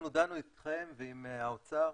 אנחנו דנו איתכם ועם האוצר,